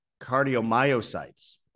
cardiomyocytes